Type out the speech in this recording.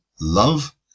love